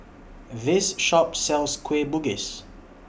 This Shop sells Kueh Bugis